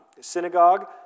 synagogue